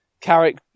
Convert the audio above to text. Carrick